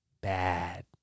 bad